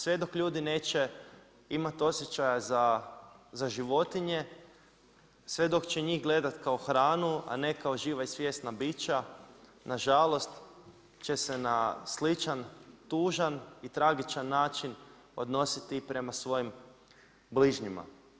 Sve dok ljudi neće imati osjećaja za životinje, sve dok će njih gledati kao hranu, a ne kao živa i svjesna bića, nažalost, će se na sličan, tužan i tragičan način odnositi i prema svojim bližnjima.